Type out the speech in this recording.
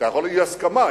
יכולה להיות אי-הסכמה,